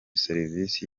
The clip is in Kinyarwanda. serivisi